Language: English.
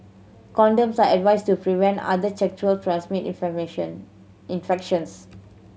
condoms are advised to prevent other sexually transmitted information infections